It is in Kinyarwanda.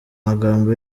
magambo